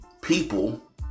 people